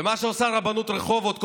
ומה שעושה רבנות רחובות,